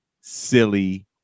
silly